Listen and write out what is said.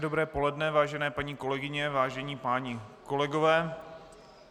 Hezké dobré poledne, vážené paní kolegyně, vážení páni kolegové.